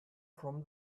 from